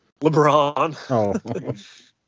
LeBron